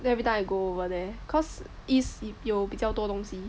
then everytime I go over there cause east 有比较多东西